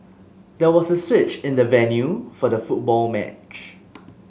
there was a switch in the venue for the football match